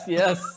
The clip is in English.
yes